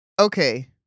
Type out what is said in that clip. Okay